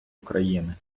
україни